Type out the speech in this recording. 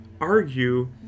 argue